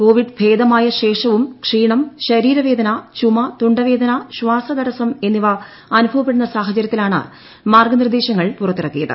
Covid ഭേദമായ ശേഷവും ക്ഷീണം ശരീര വേദന ചുമ തൊണ്ട വേദന ശ്വാസ തടസ്സം എന്നിവ അനുഭവപ്പെടുന്ന സാഹചര്യത്തിലാണ് മാർഗനിർദേശങ്ങൾ പുറത്തിറക്കിയത്